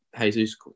Jesus